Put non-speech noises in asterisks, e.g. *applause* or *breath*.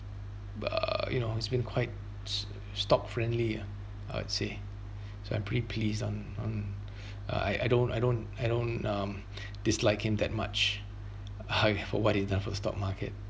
uh you know he's been quite s~ stock friendly ah I would say *breath* so I'm pretty pleased on on *breath* uh I I don't I don't I don't um *breath* dislike him that much high for what he's done for stock market